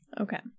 Okay